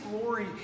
glory